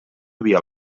havia